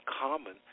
common